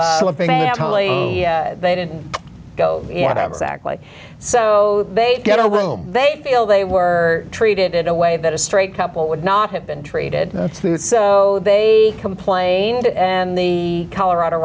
totally they didn't go exactly so they get a room they feel they were treated in a way that a straight couple would not have been treated to so they complained and the colorado